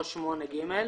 או 8(ג)